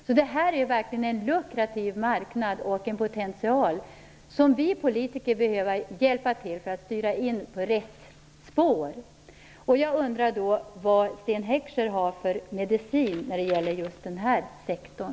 Så det här är verkligen en lukrativ marknad och potential som vi politiker behöver hjälpa till för att styra in på rätt spår. Jag undrar då: Vilken medicin har Sten Heckscher när det gäller just den här sektorn?